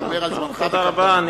תודה רבה.